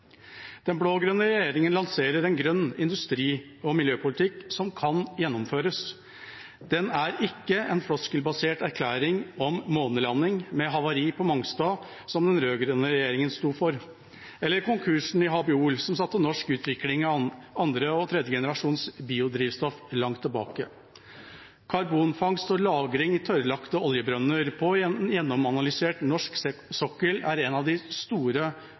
Den blå-grønne regjeringa lanserer en grønn industri- og miljøpolitikk som kan gjennomføres. Den er ikke en floskelbasert erklæring om månelanding – med havari på Mongstad – som den rød-grønne regjeringa sto for, eller konkursen i Habiol, som satte norsk utvikling av andre- og tredjegenerasjons biodrivstoff langt tilbake. Karbonfangst og -lagring i tørrlagte oljebrønner på en gjennomanalysert norsk sokkel er en av de store,